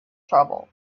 trouble